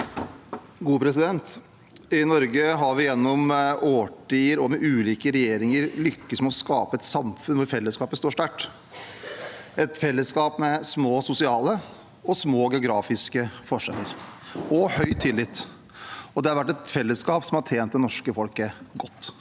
I Norge har vi gjennom årtier og med ulike regjeringer lyktes med å skape et samfunn hvor fellesskapet står sterkt – et fellesskap med små sosiale og geografiske forskjeller og høy tillit. Det har vært et fellesskap som har tjent det norske folket godt.